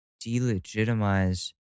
delegitimize